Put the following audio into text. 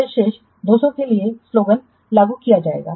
फिर शेष 200 के लिए यह स्लोगन लागू किया जाएगा